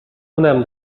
اونم